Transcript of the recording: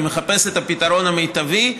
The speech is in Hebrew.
אני מחפש את הפתרון המיטבי.